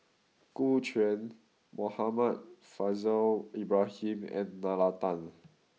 Gu Juan Muhammad Faishal Ibrahim and Nalla Tan